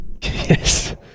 Yes